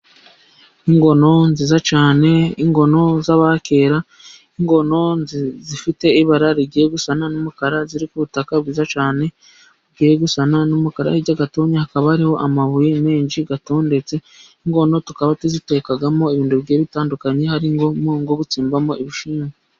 Inkono nziza cyane, inkono z'abakera, inkono zifite ibara rigiye gusa n'umukara ziri ku ubutaka bwiza cyane bugiyegusa n'umukara hirya hakaba ariho amabuye menshi atondetse, inkono tukaba tuzitekamo ibintu bigiyr bitandukanye hari nko gutsimbamo ibishimbo.